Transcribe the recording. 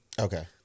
Okay